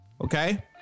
Okay